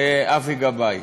אבי גבאי.